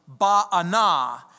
Ba'ana